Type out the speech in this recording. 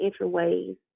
entryways